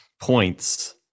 points